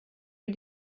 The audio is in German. mit